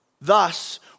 Thus